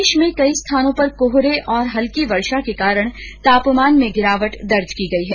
प्रदेश के कई स्थानों पर कोहरे और हल्की वर्षा के कारण तापमान में गिरावट दर्ज की गई है